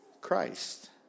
Christ